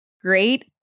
Great